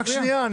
רק שנייה.